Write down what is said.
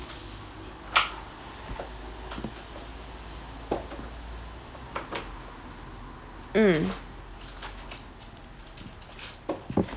mm